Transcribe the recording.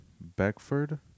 Beckford